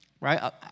right